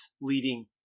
leading